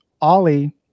Ollie